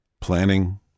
planning